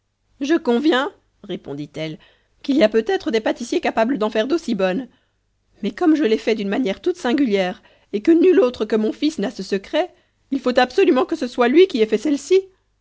je conviens réponditelle qu'il y a peut-être des pâtissiers capables d'en faire d'aussi bonnes mais comme je les fais d'une manière toute singulière et que nul autre que mon fils n'a ce secret il faut absolument que ce soit lui qui ait fait celle-ci